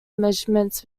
measurements